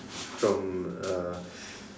from uh